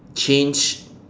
change